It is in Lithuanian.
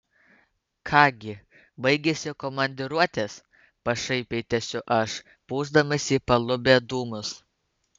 ką gi baigėsi komandiruotės pašaipiai tęsiu aš pūsdamas į palubę dūmus